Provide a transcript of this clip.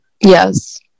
Yes